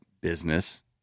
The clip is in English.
business